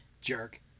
Jerk